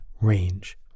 range